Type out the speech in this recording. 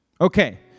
Okay